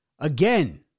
Again